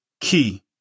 key